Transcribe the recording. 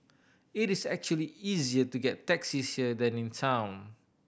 it is actually easier to get taxis here than in town